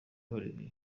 olivier